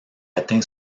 atteint